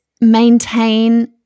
maintain